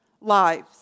lives